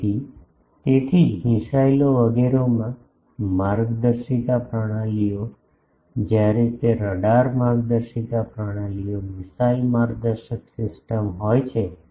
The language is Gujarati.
તેથી તેથી જ મિસાઇલો વગેરેમાં માર્ગદર્શિકા પ્રણાલીઓ જ્યારે તે રડાર માર્ગદર્શિકા પ્રણાલીઓ મિસાઇલ માર્ગદર્શન સિસ્ટમ હોય છે